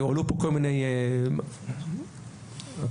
דבר